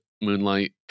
moonlight